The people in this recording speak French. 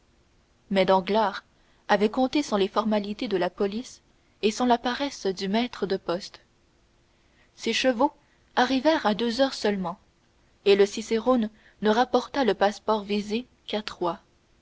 mais danglars avait compté sans les formalités de la police et sans la paresse du maître de poste les chevaux arrivèrent à deux heures seulement et le cicérone ne rapporta le passeport visé qu'à trois